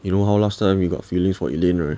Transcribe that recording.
you know how last time you got feelings for elaine right